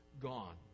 gone